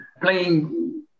playing